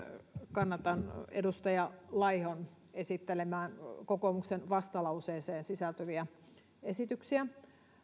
kannatan edustaja laihon esittelemiä kokoomuksen vastalauseeseen sisältyviä esityksiä